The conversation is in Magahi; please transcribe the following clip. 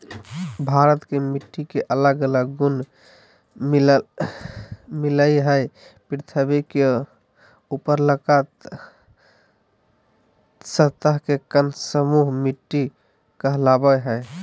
भारत के मिट्टी के अलग अलग गुण मिलअ हई, पृथ्वी के ऊपरलका सतह के कण समूह मिट्टी कहलावअ हई